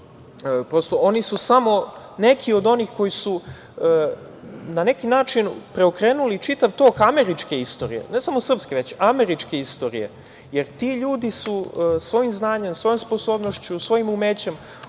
misiji. Oni su samo neki od onih koji su na neki način preokrenuli čitav tok američke istorije, ne samo srpske, jer ti ljudi su svojim znanjem, svojom sposobnošću, svojim umećem,